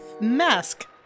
mask